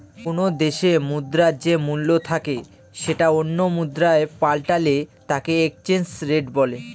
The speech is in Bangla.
কোনো দেশে মুদ্রার যে মূল্য থাকে সেটা অন্য মুদ্রায় পাল্টালে তাকে এক্সচেঞ্জ রেট বলে